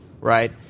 right